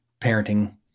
parenting